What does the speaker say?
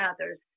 others